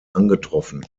angetroffen